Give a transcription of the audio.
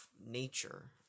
nature